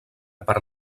per